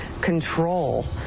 control